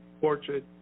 portrait